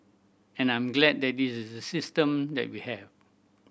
and I'm glad that this is the system that we have